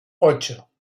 ocho